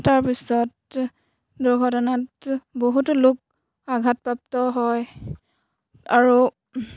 তাৰপিছত দুৰ্ঘটনাত বহুতো লোক আঘাতপ্ৰাপ্ত হয় আৰু